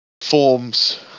forms